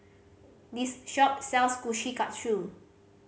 this shop sells Kushikatsu